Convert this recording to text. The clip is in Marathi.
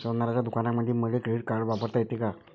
सोनाराच्या दुकानामंधीही मले क्रेडिट कार्ड वापरता येते का?